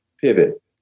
pivot